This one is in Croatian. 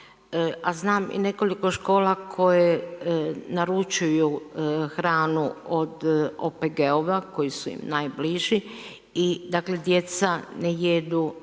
a znam i nekoliko škola koje naručuju hranu od OPG-ova koji su im najbliži i dakle djeca ne jedu